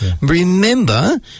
remember